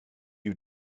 you